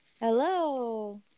Hello